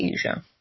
Asia